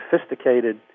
sophisticated